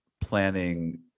planning